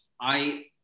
I-